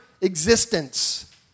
existence